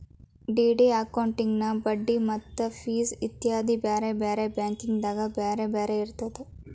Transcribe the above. DD ಅಕೌಂಟಿನ್ ಬಡ್ಡಿ ಮತ್ತ ಫಿಸ್ ಇತ್ಯಾದಿ ಬ್ಯಾರೆ ಬ್ಯಾರೆ ಬ್ಯಾಂಕಿಂದ್ ಬ್ಯಾರೆ ಬ್ಯಾರೆ ಇರ್ತದ